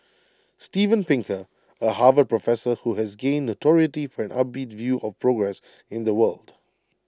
Steven Pinker A Harvard professor who has gained notoriety for an upbeat view of progress in the world